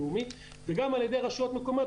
וגם על ידי רשויות מקומיות.